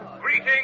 Greetings